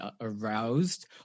aroused